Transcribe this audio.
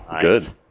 Good